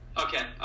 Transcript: Okay